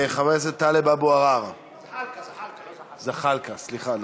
חבר הכנסת טלב אבו עראר, זחאלקָה, לא זחאלקֵה.